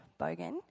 bogan